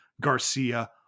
Garcia